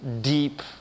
deep